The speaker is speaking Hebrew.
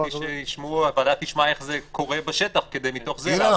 הצעתי שהוועדה תשמע איך זה קורה בשטח כדי להבין מתוך זה --- הנה,